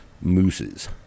mooses